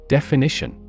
Definition